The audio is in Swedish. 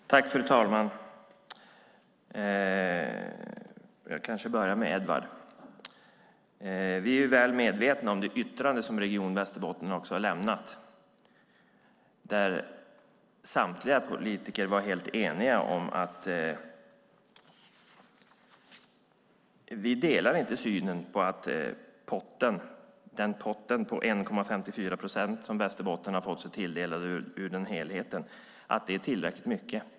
Fru talman! Jag börjar med att kommentera det som Edward Riedl sade. Vi är väl medvetna om det yttrande som Region Västerbotten har lämnat. Samtliga politiker var helt eniga om att den pott på 1,54 procent som Västerbotten har fått sig tilldelad inte är tillräckligt mycket.